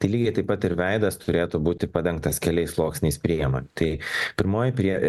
tai lygiai taip pat ir veidas turėtų būti padengtas keliais sluoksniais priemonių tai pirmoji prie